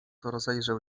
rozejrzał